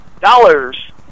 dollars